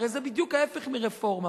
הרי זה בדיוק ההיפך מרפורמה,